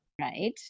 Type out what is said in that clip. Right